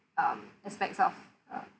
um aspects of uh